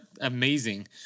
amazing